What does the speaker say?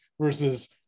versus